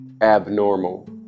abnormal